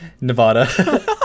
Nevada